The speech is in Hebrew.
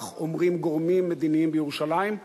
כך אומרים גורמים מדיניים בירושלים,